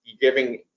giving